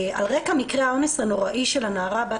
על רקע מקרה האונס הנוראי של הנערה בת